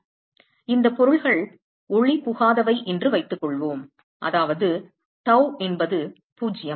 எனவே இந்த பொருள்கள் ஒளிபுகாதவை என்று வைத்துக்கொள்வோம் அதாவது tau என்பது 0 அதாவது tau 0